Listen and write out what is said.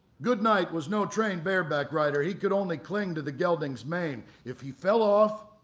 goodnight was no trained bareback rider he could only cling to the gelding's mane. if he fell off,